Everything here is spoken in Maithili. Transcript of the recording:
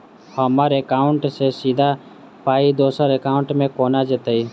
हम्मर एकाउन्ट सँ सीधा पाई दोसर एकाउंट मे केना जेतय?